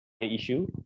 issue